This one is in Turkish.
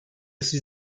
siz